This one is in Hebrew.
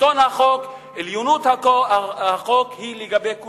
שלטון החוק, עליונות החוק היא לגבי כולם,